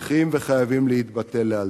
צריכים וחייבים להתבטל לאלתר.